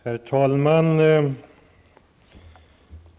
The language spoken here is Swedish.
Herr talman!